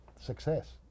success